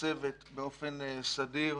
מתוקצבת באופן סדיר,